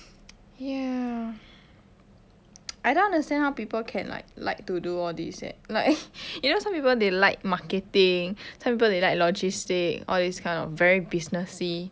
ya I don't understand how people can like like to do all these eh like you know some people they like marketing some people they like logistic all these kind of very businessy